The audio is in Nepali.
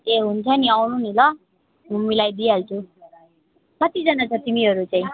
ए हुन्छ नि आउनु नि ल म मिलाइदिई हाल्छु कतिजना छ तिमीहरू चाहिँ